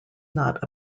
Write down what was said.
not